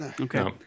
Okay